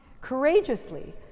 Courageously